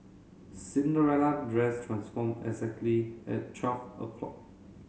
Cinderella dress transformed exactly at twelve o'clock